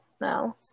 no